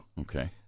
Okay